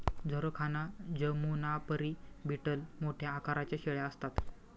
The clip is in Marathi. जरखाना जमुनापरी बीटल मोठ्या आकाराच्या शेळ्या असतात